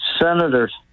senators